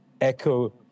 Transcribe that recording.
echo